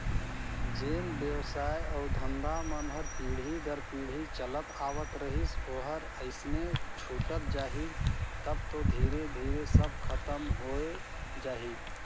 जेन बेवसाय अउ धंधा मन हर पीढ़ी दर पीढ़ी चलत आवत रहिस ओहर अइसने छूटत जाही तब तो धीरे धीरे सब खतम होए जाही